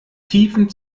tiefen